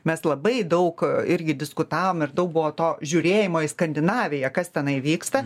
mes labai daug irgi diskutavom ir daug buvo to žiūrėjimo į skandinaviją kas tenai vyksta